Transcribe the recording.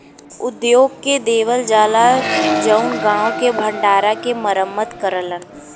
उद्योग के देवल जाला जउन गांव के भण्डारा के मरम्मत करलन